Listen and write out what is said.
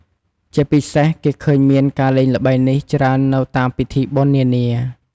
ជាពិសេស គេឃើញមានការលេងល្បែងនេះច្រើននៅតាមពិធីបុណ្យនានា។